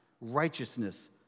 righteousness